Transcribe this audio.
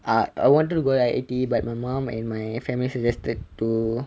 uh I wanted to go I_T_E but my mom and my family suggested to